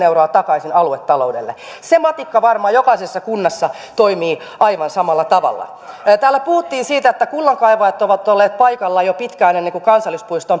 euroa takaisin aluetaloudelle se matikka varmaan jokaisessa kunnassa toimii aivan samalla tavalla täällä puhuttiin siitä että kullankaivajat ovat olleet paikalla jo pitkään ennen kuin kansallispuisto